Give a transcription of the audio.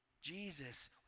Jesus